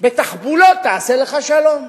בתחבולות תעשה לך את השלום.